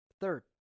third